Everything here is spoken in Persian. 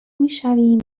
میشویم